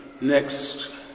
next